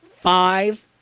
Five